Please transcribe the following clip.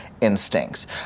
instincts